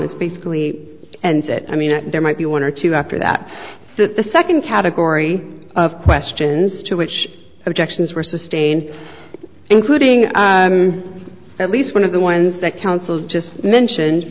is basically and that i mean there might be one or two after that that the second category of questions to which objections were sustained including at least one of the ones that counsel's just mentioned